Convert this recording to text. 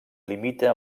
limita